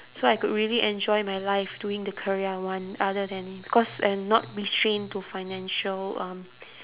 so I could really enjoy my life doing the career I want other than because and not be strained to financial um